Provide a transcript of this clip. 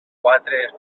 quatre